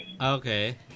Okay